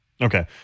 Okay